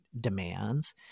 demands